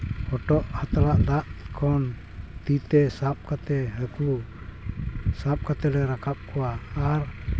ᱦᱚᱴᱚᱜ ᱦᱟᱛᱣᱟ ᱫᱟᱜ ᱠᱷᱚᱱ ᱛᱤᱛᱮ ᱥᱟᱵ ᱠᱟᱛᱮᱫ ᱦᱟᱹᱠᱩ ᱥᱟᱵ ᱠᱟᱛᱮᱞᱮ ᱨᱟᱠᱟᱵ ᱠᱚᱣᱟ ᱟᱨ